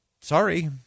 sorry